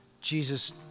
Jesus